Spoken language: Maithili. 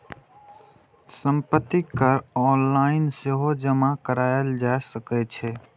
संपत्ति कर ऑनलाइन सेहो जमा कराएल जा सकै छै